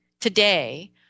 today